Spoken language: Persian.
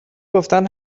گفتن